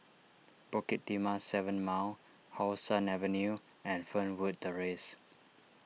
Bukit Timah seven Mile How Sun Avenue and Fernwood Terrace